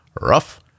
rough